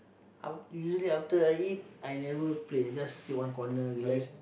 I usually after I eat I never Play I just sit one corner relax